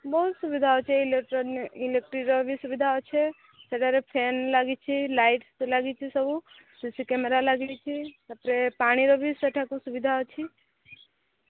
ବହୁତ ସୁବିଧା ଅଛି ଇଲେକ୍ଟରିର ବି ସୁବିଧା ଅଛି ସେଠାରେ ଫ୍ୟାନ୍ ଲାଗିଛି ଲାଇଟ୍ ବି ଲାଗିଛି ସବୁ ସିସି କ୍ୟାମେରା ଲାଗିଛି ତାପରେ ପାଣିର ବି ସେଠାକୁ ସୁବିଧା ଅଛି